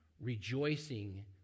rejoicing